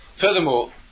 Furthermore